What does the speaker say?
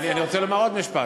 אני רוצה לומר עוד משפט.